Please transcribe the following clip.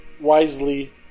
wisely